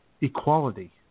equality